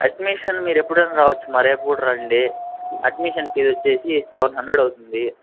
admission మీరు ఎప్పుడైనా రావచ్చు రేపు కూడా రండి అడ్మిషన్కి వచ్చి సెవెన్ హండ్రెడ్ అవుతుంది